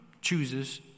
chooses